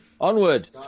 Onward